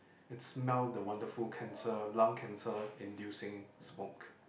and smell the wonderful cancer lung cancer inducing smoke